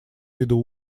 виду